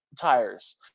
tires